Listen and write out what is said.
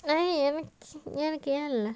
எனக்குஎனக்குஏன்இல்ல:enakku enakku en illa